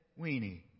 Weenie